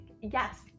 yes